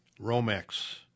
Romex